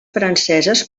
franceses